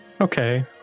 Okay